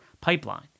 pipeline